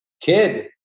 kid